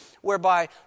whereby